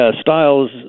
styles